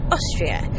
Austria